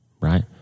right